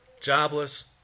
jobless